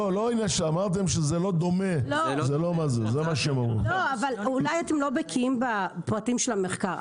אמרתם שזה לא דומה --- אולי אתם לא בקיאים בפרטים של המחקר.